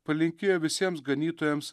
palinkėjo visiems ganytojams